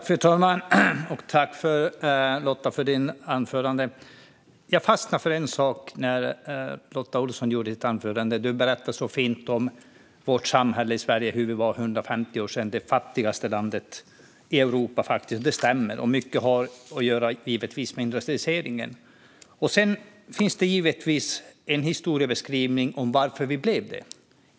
Fru talman! Tack, Lotta, för ditt anförande! Jag fastnar för en sak i Lottas anförande. Du berättar så fint om vårt samhälle i Sverige och att vi för 150 år sedan var det fattigaste landet i Europa. Det stämmer, och mycket av utvecklingen sedan dess har givetvis att göra med industrialiseringen. Sedan finns det en historia som beskriver hur vi blev ett välfärdsland.